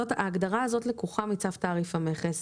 ההגדרה הזאת לקוחה מצו תעריף המכס.